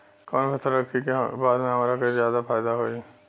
कवन फसल रखी कि बाद में हमरा के ज्यादा फायदा होयी?